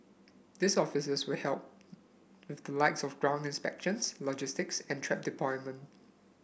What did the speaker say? these officers will help with the likes of ground inspections logistics and trap deployment